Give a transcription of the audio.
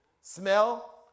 Smell